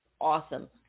awesome